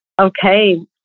Okay